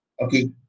okay